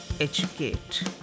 educate